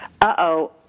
uh-oh